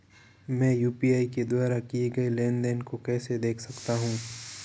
मैं यू.पी.आई के द्वारा किए गए लेनदेन को कैसे देख सकता हूं?